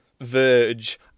verge